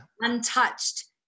untouched